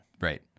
Right